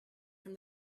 from